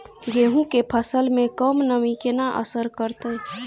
गेंहूँ केँ फसल मे कम नमी केना असर करतै?